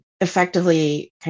effectively